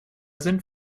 sind